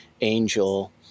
Angel